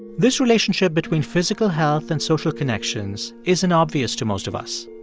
this relationship between physical health and social connections isn't obvious to most of us.